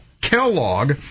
Kellogg